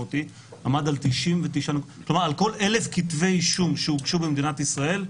שעל כל 1,000 כתבי אישום שהוגשו במדינת ישראל,